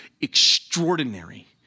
extraordinary